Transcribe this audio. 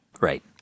Right